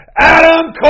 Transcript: Adam